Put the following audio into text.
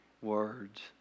words